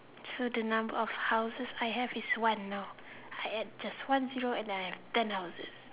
so the number of houses I have is one now I add just one zero and then I have ten houses